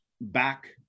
back